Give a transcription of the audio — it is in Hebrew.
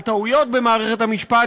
על טעויות במערכת המשפט,